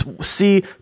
see